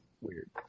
weird